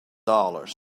dollars